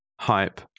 hype